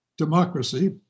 democracy